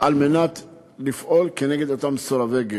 על מנת לפעול כנגד אותם מסרבי גט.